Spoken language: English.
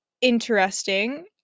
interesting